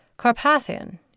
Carpathian